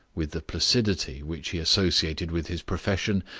with the placidity which he associated with his profession,